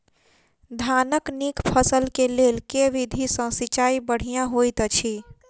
धानक नीक फसल केँ लेल केँ विधि सँ सिंचाई बढ़िया होइत अछि?